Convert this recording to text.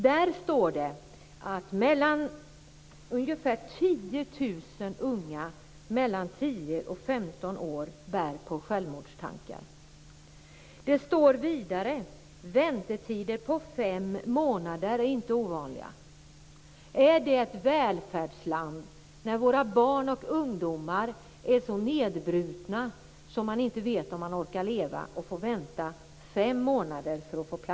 Där står det att ca 10 000 unga människor mellan 10 och 15 år bär på självmordstankar. Det står vidare att väntetider på fem månader inte är ovanliga. Är det ett välfärdsland när våra barn och ungdomar är så nedbrutna så att de inte vet om de orkar leva, samtidigt som de kan få vänta fem månader för att få hjälp?